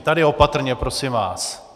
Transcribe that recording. Tady opatrně prosím vás.